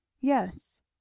yes